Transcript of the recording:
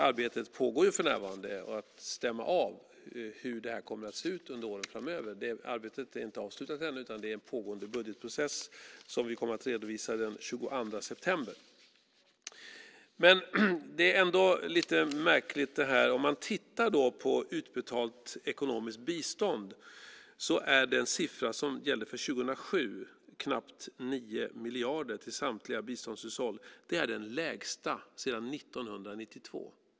Arbetet med att stämma av hur det här kommer att se ut under åren framöver pågår för närvarande. Det är inte avslutat ännu, utan det är en pågående budgetprocess som vi kommer att redovisa den 22 september. Men det är ändå lite märkligt, det här. Om man tittar på utbetalt ekonomiskt bistånd ser man att den siffra som gällde för 2007 är knappt 9 miljarder till samtliga biståndshushåll. Det är den lägsta sedan 1992.